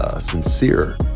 sincere